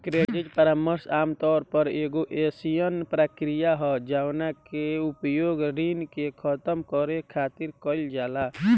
credit परामर्श आमतौर पर एगो अयीसन प्रक्रिया ह जवना के उपयोग ऋण के खतम करे खातिर कईल जाला